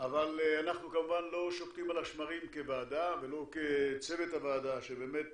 אבל אנחנו כמובן לא שוקטים על השמרים כוועדה ולא כצוות הוועדה שבאמת